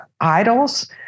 idols